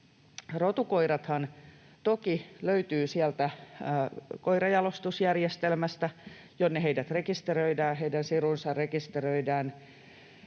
toki löytyvät sieltä koirajalostusjärjestelmästä, jonne heidät rekisteröidään,